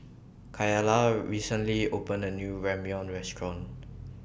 Kayla recently opened A New Ramyeon Restaurant